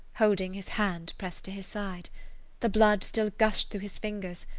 holding his hand pressed to his side the blood still gushed through his fingers.